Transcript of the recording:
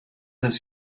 das